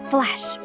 Flash